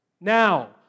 now